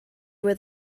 where